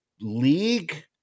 League